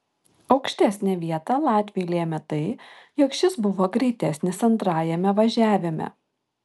aukštesnę vietą latviui lėmė tai jog šis buvo greitesnis antrajame važiavime